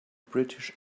british